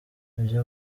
ibyo